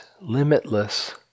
limitless